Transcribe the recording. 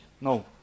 No